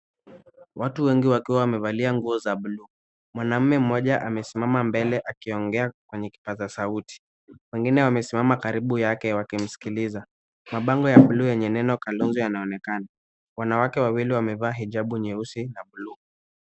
Watu wengi wakiwa wamevalia nguo za buluu. Mwanaume mmoja amesimama mbele akiongea kwenye kipaza sauti. Wengine wamesimama karibu yake wakimsikiliza. Mabango ya buluu yenye nembo Kalonzo yanaonekana. Wanawake wawili wamevaa hijabu nyeusi na buluu.